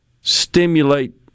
stimulate